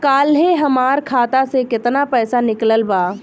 काल्हे हमार खाता से केतना पैसा निकलल बा?